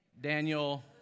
Daniel